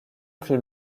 plus